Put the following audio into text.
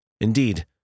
Indeed